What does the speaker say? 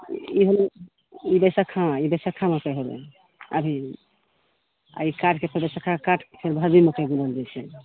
ई होलै ई बैसख्खा ई बैसख्खा मकै होलै अभी अभी काटिके फेर बैसख्खाके काटिके फेर भदही मकै बुनल जेतै